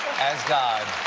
as god.